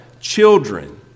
children